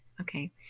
Okay